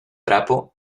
trapo